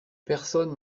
personne